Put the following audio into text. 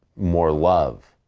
more love.